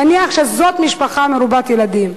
נניח שזאת משפחה מרובת ילדים,